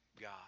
God